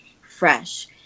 fresh